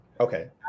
Okay